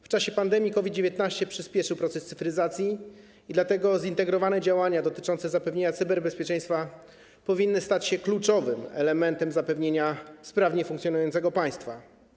W czasie pandemii COVID-19 przyspieszył proces cyfryzacji i dlatego zintegrowane działania dotyczące zapewnienia cyberbezpieczeństwa powinny stać się kluczowym elementem zapewnienia sprawnie funkcjonującego państwa.